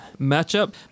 matchup